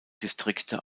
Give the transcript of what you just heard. distrikte